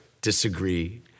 disagree